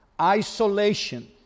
Isolation